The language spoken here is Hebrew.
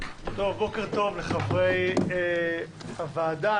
בוקר טוב לחברי הוועדה.